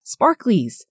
sparklies